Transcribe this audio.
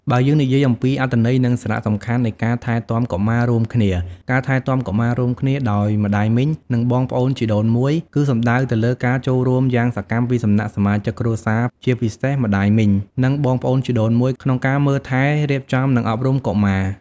បើយើងនិយាយអំពី អត្ថន័យ និងសារៈសំខាន់នៃការថែទាំកុមាររួមគ្នា ការថែទាំកុមាររួមគ្នាដោយម្ដាយមីង និងបងប្អូនជីដូនមួយ គឺសំដៅទៅលើការចូលរួមយ៉ាងសកម្មពីសំណាក់សមាជិកគ្រួសារ ជាពិសេស ម្ដាយមីង និង បងប្អូនជីដូនមួយ ក្នុងការមើលថែ រៀបចំ និងអប់រំកុមារ។